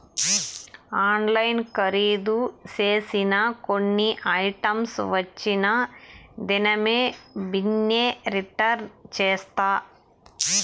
ఆన్లైన్ల కరీదు సేసిన కొన్ని ఐటమ్స్ వచ్చిన దినామే బిన్నే రిటర్న్ చేస్తా